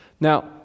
Now